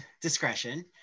discretion